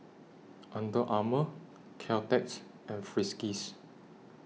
Under Armour Caltex and Friskies